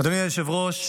אדוני היושב-ראש,